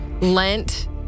Lent